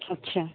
अच्छा